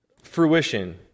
fruition